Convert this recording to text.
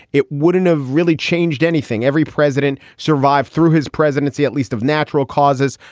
it wouldn't have really changed anything. every president survived through his presidency, at least of natural causes.